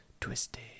twisted